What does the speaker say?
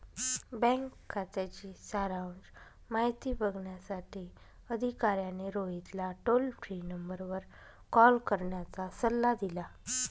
bank खात्याची सारांश माहिती बघण्यासाठी अधिकाऱ्याने रोहितला टोल फ्री नंबरवर कॉल करण्याचा सल्ला दिला